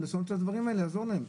לעשות את הדברים האלה לעזור להם.